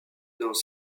dans